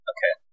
Okay